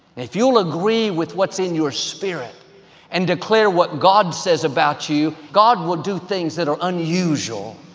if you'll agree with what's in your spirit and declare what god says about you, god will do things that are unusual,